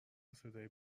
صدای